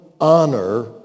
honor